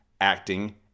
acting